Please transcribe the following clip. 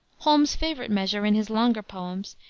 holmes's favorite measure, in his longer poems,